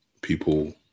people